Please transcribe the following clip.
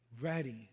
ready